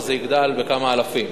זה יגדל בכמה אלפים.